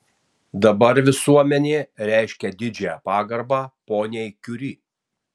dabar visuomenė reiškia didžią pagarbą poniai kiuri